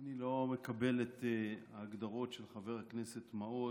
אני לא מקבל את ההגדרות של חבר הכנסת מעוז: